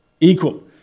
equal